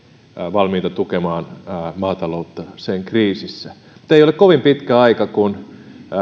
valmiita tukemaan maataloutta sen kriisissä mutta ei ole kovin pitkä aika siitä kun